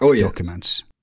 documents